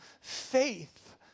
faith